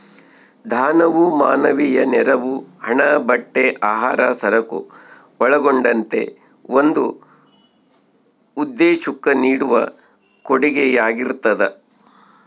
ದಾನವು ಮಾನವೀಯ ನೆರವು ಹಣ ಬಟ್ಟೆ ಆಹಾರ ಸರಕು ಒಳಗೊಂಡಂತೆ ಒಂದು ಉದ್ದೇಶುಕ್ಕ ನೀಡುವ ಕೊಡುಗೆಯಾಗಿರ್ತದ